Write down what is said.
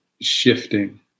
shifting